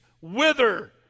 wither